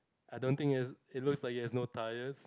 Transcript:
I don't think is it looks like you have no tyres